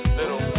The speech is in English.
little